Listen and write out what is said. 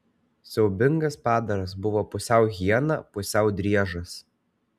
siaubingas padaras buvo pusiau hiena pusiau driežas